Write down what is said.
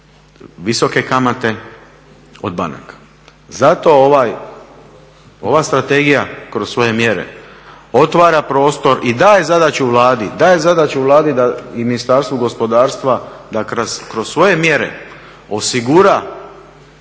visoke kamate od banaka. Zato ova strategija kroz svoje mjere otvara prostor i daje zadaću Vladi i Ministarstvu gospodarstva da kroz svoje mjere osigura dotok